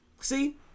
see